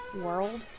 World